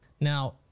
Now